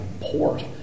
port